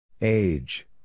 Age